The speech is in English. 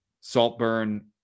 Saltburn